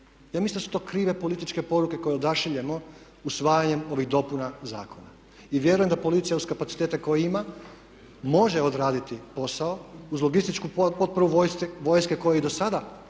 Ja mislim da su to krive političke poruke koje odašiljemo usvajanjem ovih dopuna zakona. I vjerujem da policija uz kapacitete koje ima može odraditi posao uz logističku potporu vojske koju je i do sada